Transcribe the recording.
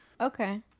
Okay